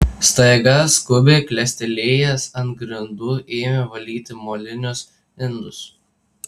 staiga skubiai klestelėjęs ant grindų ėmė valyti molinius indus